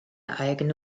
eigene